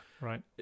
right